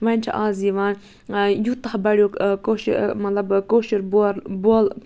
وۄنۍ چھِ آز یِوان یوٗتاہ بَڑیو کٲشُہ مطلب کٲشُر